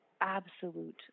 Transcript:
absolute